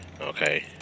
okay